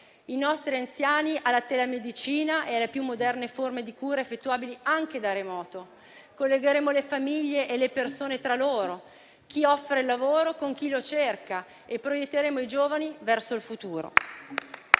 i nostri anziani alla telemedicina e alle più moderne forme di cura effettuabili anche da remoto, nonché le famiglie e le persone tra loro, chi offre lavoro con chi lo cerca, e proietteremo i giovani verso il futuro.